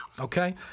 Okay